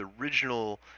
original